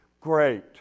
Great